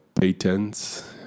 patents